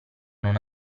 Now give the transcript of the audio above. non